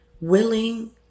willing